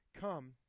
come